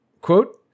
Quote